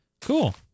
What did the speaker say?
Cool